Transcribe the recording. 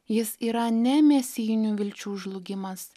jis yra ne mesijinių vilčių žlugimas